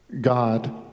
God